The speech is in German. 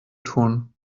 tun